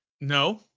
No